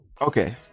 Okay